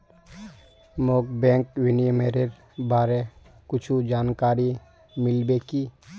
मोक बैंक विनियमनेर बारे कुछु जानकारी मिल्बे की